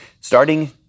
Starting